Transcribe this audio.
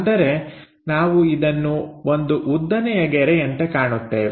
ಅಂದರೆ ನಾವು ಇದನ್ನು ಒಂದು ಉದ್ದನೆಯ ಗೆರೆಯಂತೆ ಕಾಣುತ್ತೇವೆ